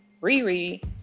Riri